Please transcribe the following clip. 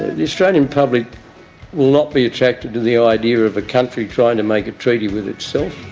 the australian public will not be attracted to the idea of a country trying to make a treaty with itself.